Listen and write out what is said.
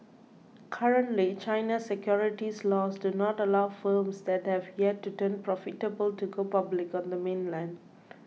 currently China's securities laws do not allow firms that have yet to turn profitable to go public on the mainland